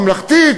ממלכתית,